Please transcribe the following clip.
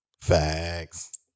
Facts